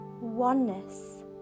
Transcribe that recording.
oneness